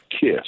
KISS